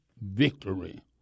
victory